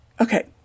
Okay